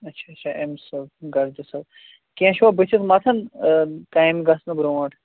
اچھا اچھا امہِ صٲب گرد صٲب کیٚنٛہہ چھُوا بٕتھِس مَتھَان کامہِ گژھنہٕ برٛونٛٹھ